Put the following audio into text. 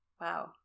wow